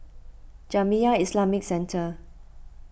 Jamiyah Islamic Centre